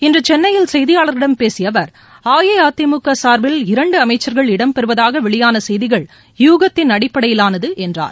இன்று சென்னையில் செய்தியாளர்களிடம் பேசிய அவர் அஇஅதிமுக சார்பில் இரண்டு அமைச்சா்கள் இடம்பெறுவதாக வெளியான செய்திகள் யூகத்தின் அடிப்படையிலானது என்றார்